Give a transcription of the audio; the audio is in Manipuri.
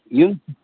ꯌꯨꯝ